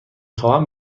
خواهم